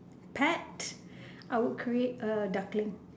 pet I would create a duckling